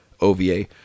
OVA